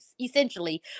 essentially